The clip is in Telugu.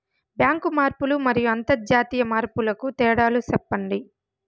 బ్యాంకు మార్పులు మరియు అంతర్జాతీయ మార్పుల కు తేడాలు సెప్పండి?